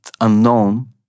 unknown